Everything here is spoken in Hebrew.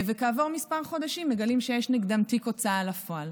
וכעבור כמה חודשים מגלים שיש נגדם תיק הוצאה לפועל.